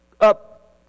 up